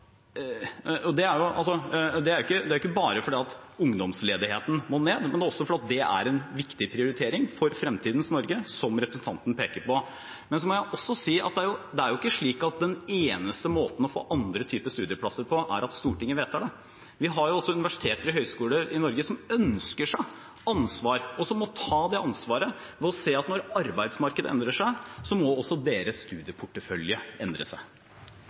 Det er ikke bare fordi ungdomsledigheten må ned, men også fordi det er en viktig prioritering for fremtidens Norge, som representanten peker på. Men det er jo ikke slik at den eneste måten å få andre typer studieplasser på, er at Stortinget vedtar det. Vi har også universiteter og høyskoler i Norge som ønsker seg ansvar, og som må ta det ansvaret. Nå ser jeg at når arbeidsmarkedet endrer seg, må også deres studieportefølje endre seg.